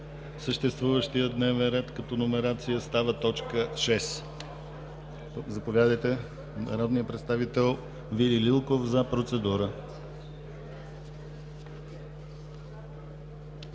съществуващия дневен ред като номерация, става точка шеста. Народният представител Вили Лилков за процедура.